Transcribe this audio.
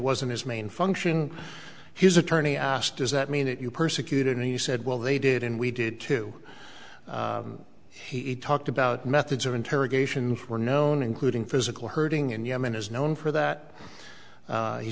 wasn't his main function his attorney asked does that mean that you persecuted and he said well they did and we did too he talked about methods of interrogation which were known including physical hurting in yemen is known for that